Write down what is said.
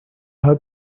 her